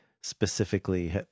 specifically